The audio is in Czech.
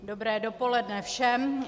Dobré dopoledne všem.